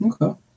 okay